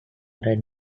red